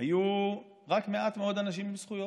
היו רק מעט מאוד אנשים עם זכויות,